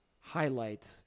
highlight